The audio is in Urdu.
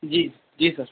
جی جی سر